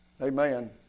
Amen